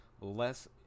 less